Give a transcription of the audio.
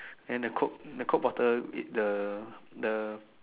and the coke the coke bottle it the the